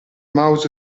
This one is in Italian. mouse